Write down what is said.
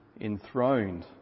enthroned